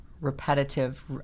repetitive